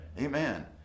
Amen